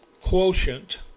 quotient